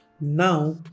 now